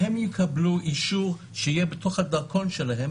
והם יקבלו אישור שיהיה בתוך הדרכון שלהם